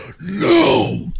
No